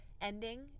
ending